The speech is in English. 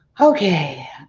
Okay